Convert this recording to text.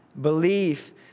Belief